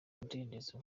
umudendezo